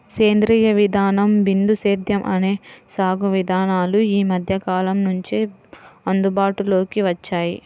సేంద్రీయ విధానం, బిందు సేద్యం అనే సాగు విధానాలు ఈ మధ్యకాలం నుంచే అందుబాటులోకి వచ్చాయి